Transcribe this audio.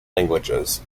languages